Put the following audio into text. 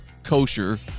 kosher